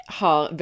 har